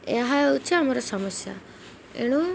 ଏହା ହେଉଛି ଆମର ସମସ୍ୟା ଏଣୁ